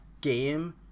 game